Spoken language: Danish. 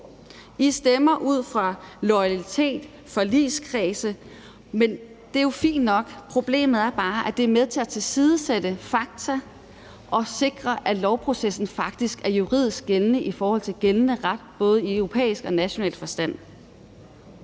I stemmer ud fra loyalitet og forligskredse, og det er jo fint nok, men problemet er bare, at det er med til at tilsidesætte fakta og sikre, at lovprocessen faktisk er juridisk gældende i henhold til gældende ret både i europæisk og national forstand.